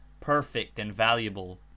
perfect and valuable.